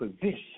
position